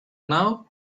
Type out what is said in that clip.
now